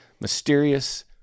mysterious